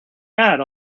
had